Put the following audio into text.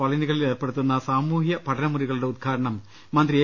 കോളനികളിൽ ഏർപ്പെടുത്തുന്ന സാമൂഹ്യപഠനമുറികളുടെ ഉദ്ഘാടനം മന്ത്രി എ